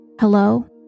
Hello